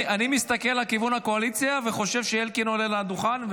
אני מסתכל לכיוון הקואליציה וחושב שאלקין עולה לדוכן,